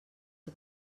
que